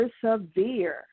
persevere